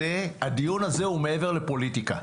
הדיון הזה הוא מעבר לפוליטיקה.